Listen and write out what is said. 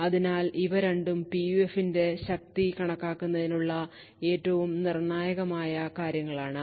അതിനാൽ ഇവ രണ്ടും പിയുഎഫിന്റെ ശക്തി കണക്കാക്കുന്നതിനുള്ള ഏറ്റവും നിർണായകമായ കാര്യങ്ങൾ ആണ്